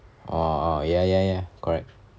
oh ya ya ya correct